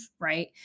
right